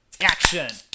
action